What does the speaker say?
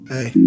Hey